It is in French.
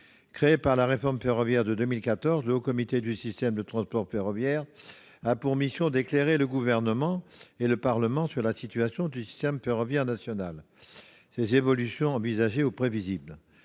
Créé par la réforme ferroviaire de 2014, ce haut comité a pour mission d'éclairer le Gouvernement et le Parlement sur la situation du système ferroviaire national, ses évolutions envisagées ou prévisibles.